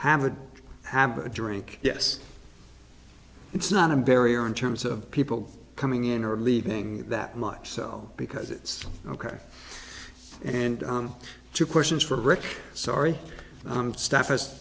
have a have a drink yes it's not a barrier in terms of people coming in or leaving that much cell because it's ok and two questions for rick sorry i'm staff as